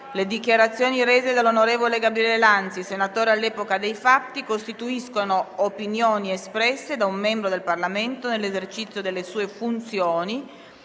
le dichiarazioni rese dall'onorevole Gabriele Lanzi, senatore all'epoca dei fatti, costituiscono opinioni espresse da un membro del Parlamento nell'esercizio delle sue funzioni